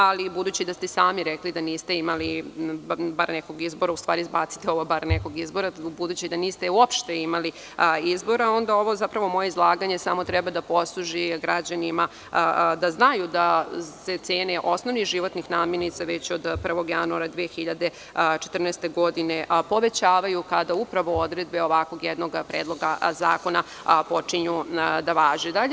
Ali, budući da ste sami rekli da niste imali nekog izbora, izbacite bar ovo „nekog izbora“, budući da niste uopšte imali izbora, onda ovo moje izlaganje treba da posluži građanima da znaju da će cene osnovnih životnih namirnica već od 1. januara 2014. godine povećavaju, kada upravo odredbe jednog Predloga zakona počinju da važe.